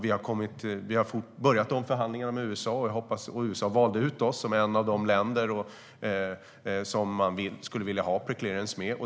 Vi har börjat de förhandlingarna med USA, och USA valde ut oss som ett av de länder som man skulle vilja ha preclearance med.